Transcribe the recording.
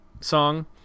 song